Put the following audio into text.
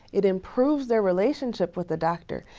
it improves their relationship with the doctor,